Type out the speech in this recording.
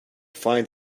find